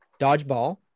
dodgeball